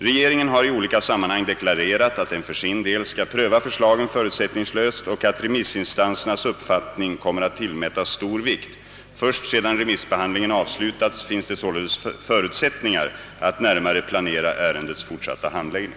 Regeringen har i olika sammanhang deklarerat att den för sin del skall pröva förslagen förutsättningslöst och att remissinstansernas uppfattning kommer att tillmätas stor vikt. Först sedan remissbehandlingen avslutats finns det således förutsättningar att närmare planera ärendets fortsatta handläggning.